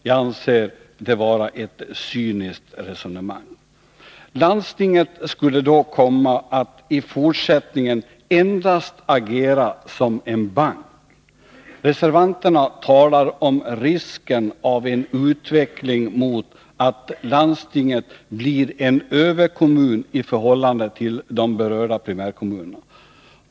Jag anser detta vara ett cyniskt resonemang. Landstinget skulle då komma att i fortsättningen endast agera som en bank. Reservanterna talar om risken av en utveckling mot att landstinget blir en överkommun i förhållande till de berörda primärkommunerna.